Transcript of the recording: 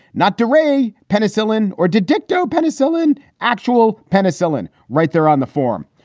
not doray, penicillin or ditto penicillin, actual penicillin right there on the form.